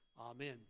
Amen